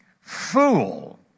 fool